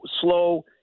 slow